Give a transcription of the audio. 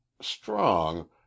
Strong